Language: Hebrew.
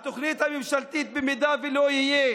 התוכנית הממשלתית, במידה שלא יהיה